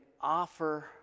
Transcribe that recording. offer